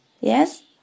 yes